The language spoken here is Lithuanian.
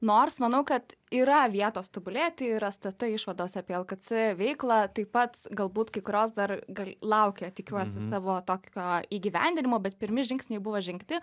nors manau kad yra vietos tobulėti yra stt išvados apie lkc veiklą taip pat galbūt kai kurios dar gal laukia tikiuosi savo tokio įgyvendinimo bet pirmi žingsniai buvo žengti